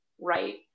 right